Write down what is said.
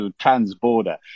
trans-border